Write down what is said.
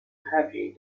happy